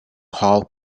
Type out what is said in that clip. haul